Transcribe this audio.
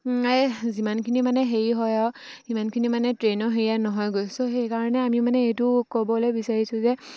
যিমানখিনি মানে হেৰি হয় আৰু সিমানখিনি মানে ট্ৰেইনৰ হেৰিয়া নহয়গৈ ছ' সেইকাৰণে আমি মানে এইটো ক'বলৈ বিচাৰিছোঁ যে